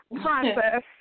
process